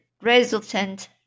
resultant